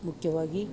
ಮುಖ್ಯವಾಗಿ